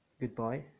Goodbye